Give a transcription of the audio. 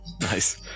Nice